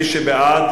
מי שבעד,